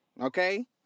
okay